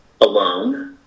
alone